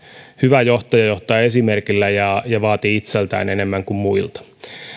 hyvä johtaja johtaa esimerkillä ja ja vaatii itseltään enemmän kuin muilta